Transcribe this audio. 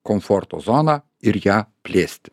komforto zoną ir ją plėsti